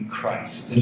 Christ